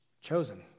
chosen